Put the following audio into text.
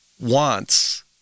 wants